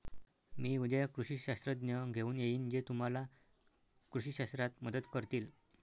मी उद्या कृषी शास्त्रज्ञ घेऊन येईन जे तुम्हाला कृषी शास्त्रात मदत करतील